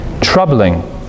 troubling